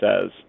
says